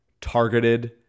targeted